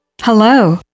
Hello